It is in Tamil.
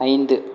ஐந்து